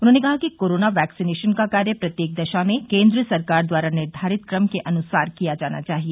उन्होंने कहा कि कोरोना वैक्सिनेशन का कार्य प्रत्येक दशा में केन्द्र सरकार द्वारा निर्धारित क्रम के अनुसार किया जाना चाहिए